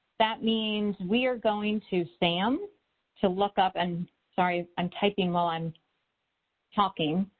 that means we are going to sam to look up and sorry, i'm typing while i'm talking,